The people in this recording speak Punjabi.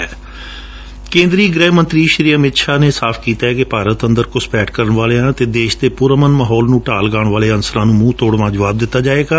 ਕੇਂਦਰੀ ਗ੍ਰਹਿ ਮੰਡਰੀ ਸ਼੍ਰੀ ਅਮਿਤ ਸ਼ਾਹ ਨੇ ਸਾਫ ਕੀਤੈ ਕਿ ਭਾਰਤ ਅੰਦਰ ਘੁਸਪੈਠ ਕਰਣ ਵਾਲਿਆਂ ਅਤੇ ਦੇਸ਼ ਦੇ ਪੁਰ ਅਮਨ ਮਾਹੌਲ ਨੂੰ ਢਾਅ ਲਗਾਉਣ ਵਾਲੇ ਅੰਸਰਾਂ ਨੂੰ ਮੂੰਹ ਤੋੜ ਜਵਾਬ ਦਿੱਤਾ ਜਾਵੇਗਾ